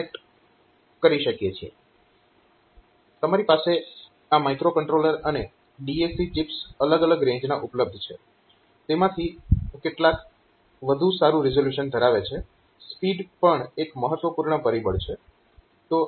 તમારી પાસે આ માઈક્રોકંટ્રોલર અને DAC ચિપ્સ અલગ અલગ રેન્જના ઉપલબ્ધ છે તેમાંથી કેટલાક વધુ સારુ રીઝોલ્યુશન ધરાવે છે સ્પીડ પણ એક મહત્વપૂર્ણ પરિબળ છે